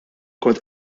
kont